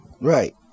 Right